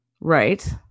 Right